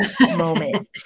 moment